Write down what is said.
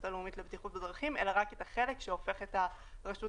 הלאומית לבטיחות בדרכים אלא רק את החלק שהופך את הרשות